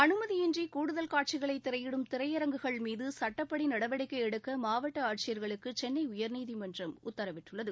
அனுமதியின்றி கூடுதல் காட்சிகளை திரையிடும் திரையரங்குகள்மீது சுட்டப்படி நடவடிக்கை எடுக்க மாவட்ட ஆட்சியர்களுக்கு சென்னை உயர்நீதிமன்றம் உத்தரவிட்டுள்ளது